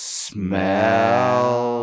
smell